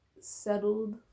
settled